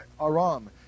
Aram